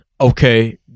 Okay